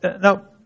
Now